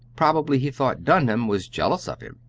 prob'ly he thought dunham was jealous of him.